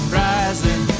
rising